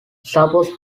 suppose